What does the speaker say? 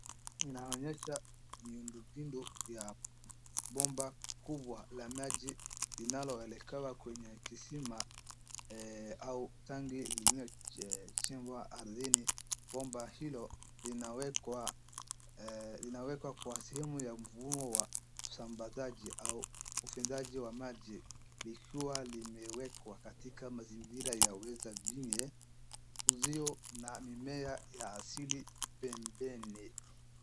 Miundo pindu ya bomba kubwa la maji linaloelekewa kwenye kisima au tanki lililochimbwa ardhini, bomba hilo limawekwa kwa sehemu ya mfumo wa usambazaji wa maji likiwa limewekwa katika mazingira ya ulio na mimea ya asili pembeni.